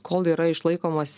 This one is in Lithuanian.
kol yra išlaikomas